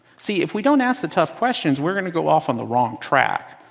see, if we don't ask the tough questions we're going to go off on the wrong track.